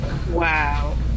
Wow